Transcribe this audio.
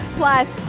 plus,